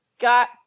got